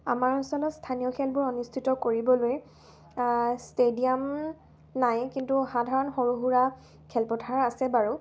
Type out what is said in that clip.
আমাৰ অঞ্চলত স্থানীয় খেলবোৰ অনুষ্ঠিত কৰিবলৈ ষ্টেডিয়াম নাই কিন্তু সাধাৰণ সৰু সুৰা খেলপথাৰ আছে বাৰু